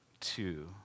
two